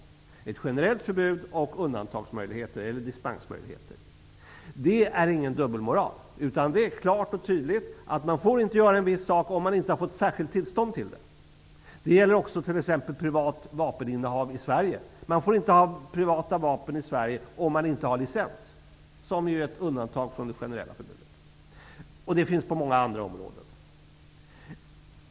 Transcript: Det är alltså ett generellt förbud och dispensmöjligheter. Det är ingen dubbelmoral. Det innebär, klart och tydligt, att man inte får göra en viss sak om man inte har fått särskilt tillstånd till det. Det gäller också t.ex. privat vapeninnehav i Sverige. Man får inte ha privata vapen i Sverige om man inte har licens, som alltså innebär ett undantag från det generella förbudet. Det finns också på många andra områden.